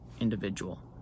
individual